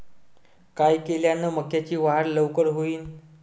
काय केल्यान मक्याची वाढ लवकर होईन?